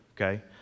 okay